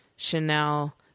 Chanel